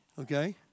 okay